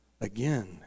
again